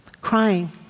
crying